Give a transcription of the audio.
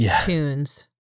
tunes